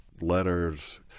letters